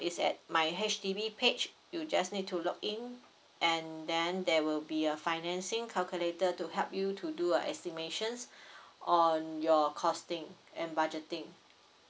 is at my H_D_B page you just need to log in and then there will be a financing calculator to help you to do a estimations on your costing and budgeting